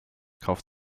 kauft